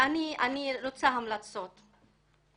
אני רוצה לתת המלצות.